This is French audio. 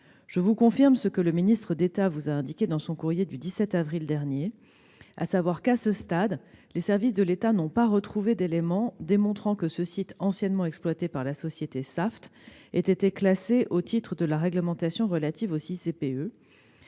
Je vous confirme ce que le ministre d'État vous a indiqué dans son courrier du 17 avril dernier : à ce stade, les services de l'État n'ont pas retrouvé d'éléments démontrant que ce site, anciennement exploité par la société Saft, ait été classé au titre de la réglementation relative aux